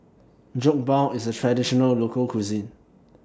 Jokbal IS A Traditional Local Cuisine